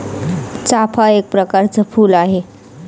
चाफा एक प्रकरच फुल आहे